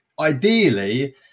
ideally